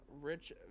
rich